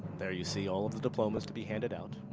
there you see all of the diplomas to be handed out,